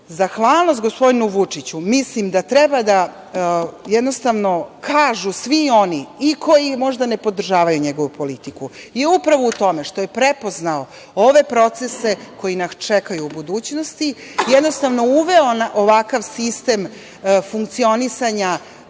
zahvalnost gospodinu Vučiću i mislim da treba da kažu svi oni i koji možda ne podržavaju njegovu politiku, upravo zbog toga što je prepoznao ove procese koji nas čekaju u budućnosti, uveo ovakav sistem funkcionisanja,